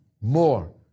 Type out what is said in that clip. more